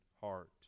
heart